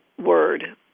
word